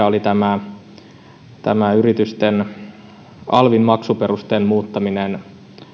oli yritysten alvin maksuperusteen muuttaminen